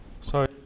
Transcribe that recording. Sorry